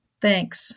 Thanks